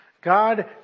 God